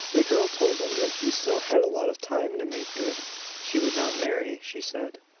the girl told him that he still had a lot of time to make good she would not marry, she said,